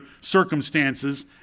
circumstances